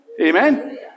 Amen